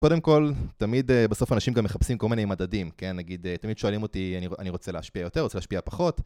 קודם כל, תמיד בסוף אנשים גם מחפשים כל מיני מדדים, נגיד תמיד שואלים אותי אני רוצה להשפיע יותר, רוצה להשפיע פחות